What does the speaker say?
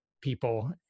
people